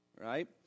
right